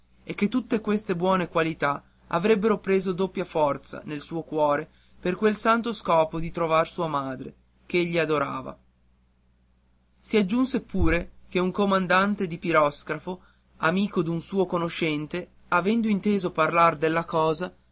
e che tutte queste buone qualità avrebbero preso doppia forza nel suo cuore per quel santo scopo di trovar sua madre ch'egli adorava si aggiunse pure che un comandante di piroscafo amico d'un suo conoscente avendo inteso parlar della cosa